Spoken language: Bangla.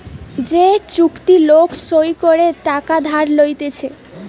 যে চুক্তি লোক সই করে টাকা ধার লইতেছে